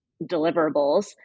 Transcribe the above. deliverables